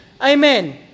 amen